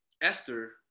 Esther